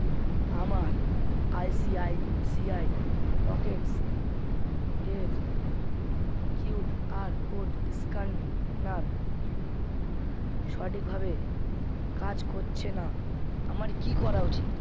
আমার I C I C I Pockets এর Q ড আর কোড স্ক্যানার সঠিকভাবে কাজ করছে না আমার কী করা উচিত